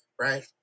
right